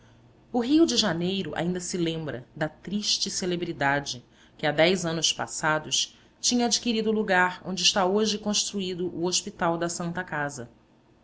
o rio de janeiro ainda se lembra da triste celebridade que há dez anos passados tinha adquirido o lugar onde está hoje construído o hospital da santa casa